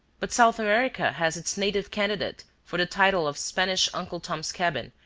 but south america has its native candidate for the title of spanish uncle tom's cabin,